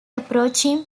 approaching